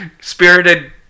spirited